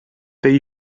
they